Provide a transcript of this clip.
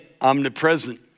omnipresent